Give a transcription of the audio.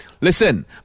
Listen